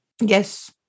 Yes